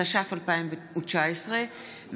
התש"ף 2019,